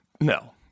No